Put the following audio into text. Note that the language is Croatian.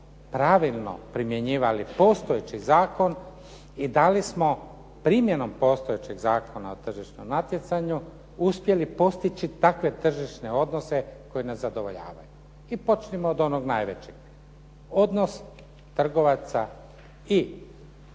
pravilno primjenjivali postojeći zakon i da li smo primjenom postojećeg Zakona o tržišnom natjecanju uspjeli postići takve tržišne odnose koji nas zadovoljavaju i počnimo od onog najvećeg. Odnos trgovaca i proizvođača,